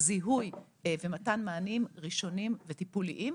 זיהוי ומתן מענים ראשוניים וטיפוליים,